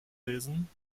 lesen